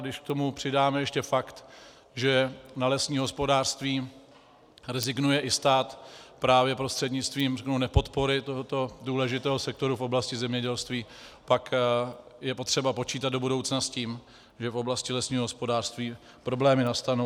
Když k tomu přidáme ještě fakt, že na lesní hospodářství rezignuje i stát právě prostřednictvím, řeknu, nepodpory tohoto důležitého sektoru v oblasti zemědělství, pak je potřeba počítat do budoucna s tím, že v oblasti lesního hospodářství problémy nastanou.